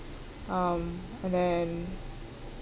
um and then